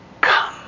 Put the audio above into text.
Come